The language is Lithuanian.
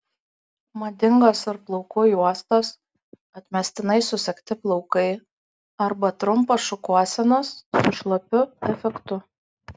madingos ir plaukų juostos atmestinai susegti plaukai arba trumpos šukuosenos su šlapiu efektu